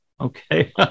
Okay